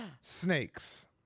snakes